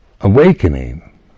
awakening